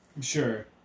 Sure